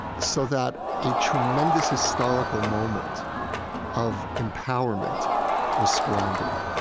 so that a tremendous historical moment of empowerment was squandered